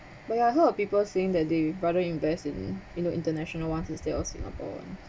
but I heard people saying that they rather invest in you know international ones instead of singapore one